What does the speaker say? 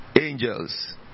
angels